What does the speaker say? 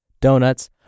donuts